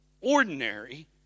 ordinary